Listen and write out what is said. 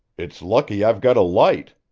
it's lucky i've got a light.